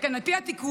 שכן על פי התיקון,